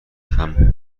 همه